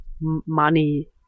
money